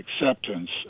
acceptance